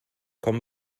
komm